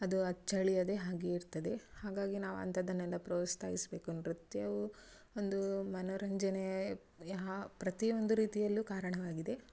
ಅದು ಅಚ್ಚಳಿಯದೆ ಹಾಗೇ ಇರ್ತದೆ ಹಾಗಾಗಿ ನಾವು ಅಂಥದನ್ನೆಲ್ಲ ಪ್ರೋತ್ಸಾಹಿಸ್ಬೇಕು ನೃತ್ಯವು ಒಂದೂ ಮನೋರಂಜನೇ ಯಾ ಪ್ರತಿಯೊಂದು ರೀತಿಯಲ್ಲು ಕಾರಣವಾಗಿದೆ